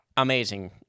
amazing